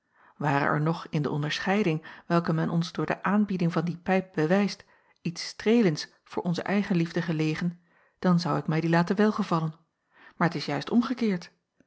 are er nog in de onderscheiding welke men ons acob van ennep laasje evenster delen door de aanbieding van die pijp bewijst iets streelends voor onze eigenliefde gelegen dan zou ik mij die laten welgevallen maar t is juist omgekeerd